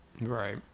Right